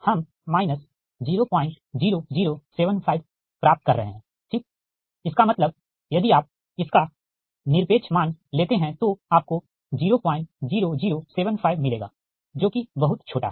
हम 00075 प्राप्त कर रहे हैं ठीक इसका मतलब यदि आप इसका निरपेक्ष मान लेते है तो आपको 00075मिलेगा जो कि बहुत छोटा है